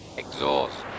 exhaust